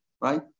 Right